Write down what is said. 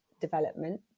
development